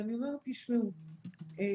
ואני אומרת: נכון,